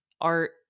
art